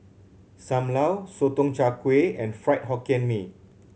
Sam Lau Sotong Char Kway and Fried Hokkien Mee